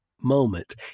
moment